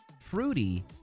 fruity